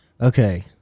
Okay